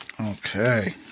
Okay